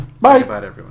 Bye